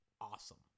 awesome